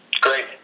Great